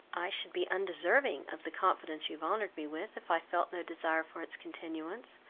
i should be undeserving of the confidence you have honoured me with, if i felt no desire for its continuance,